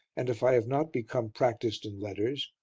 and if i have not become practised in letters,